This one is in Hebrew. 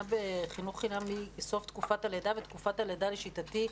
בחינוך חינם מסוף תקופת הלידה ותקופת הלידה לשיטתי,